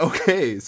Okay